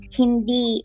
hindi